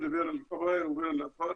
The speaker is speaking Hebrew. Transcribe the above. הבעיות שקורות בין השבטים ובין המשפחות,